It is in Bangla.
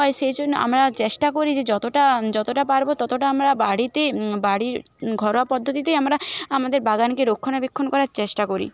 হয় সে জন্য আমরা চেষ্টা করি যে যতটা যতটা পারবো ততটা আমরা বাড়িতে বাড়ির ঘরোয়া পদ্ধতিতেই আমরা আমাদের বাগানকে রক্ষণাবেক্ষণ করার চেষ্টা করি